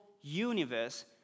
universe